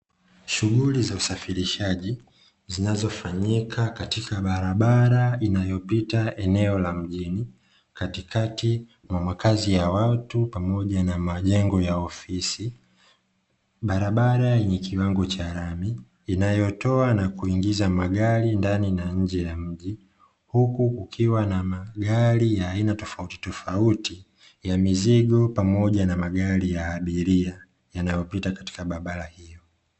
Shughuli za usafirishaji, zinazofanyika katika barabara inayopita eneo la mjini, katikati mwa makazi ya watu pamoja na majengo ya ofisi. Barabara yenye kiwango cha lami, inayotoa na kuingiza magari ndani na nje ya mji, huku kukiwa na magari ya aina tofautitofauti; ya mizigo pamoja na magari ya abiria, yanayopita katika barabara hiyo.